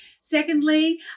Secondly